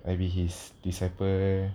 I be his disciple leh